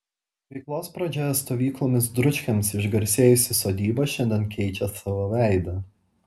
veiklos pradžioje stovyklomis dručkiams išgarsėjusi sodyba šiandien keičia savo veidą